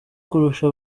kurusha